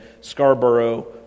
Scarborough